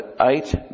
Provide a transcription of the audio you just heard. eight